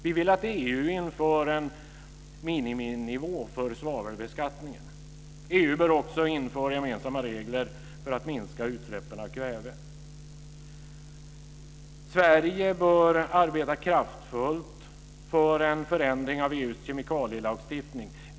Vi vill att EU inför en miniminivå för svavelbeskattningen. EU bör också införa gemensamma regler för att minska utsläppen av kväve. Sverige bör arbeta kraftfullt för en förändring av EU:s kemikalielagstiftning.